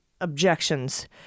objections